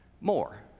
more